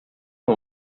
com